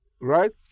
right